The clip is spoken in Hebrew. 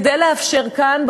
כדי לאפשר כאן,